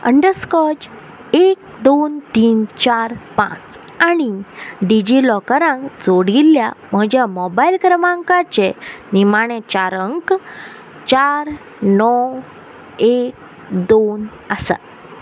अंडरस्कॉक एक दोन तीन चार पांच आनी डिजिलॉकरांक जोडिल्ल्या म्हज्या मोबायल क्रमांकाचे निमाणे चार अंक चार णव एक दोन आसा